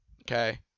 Okay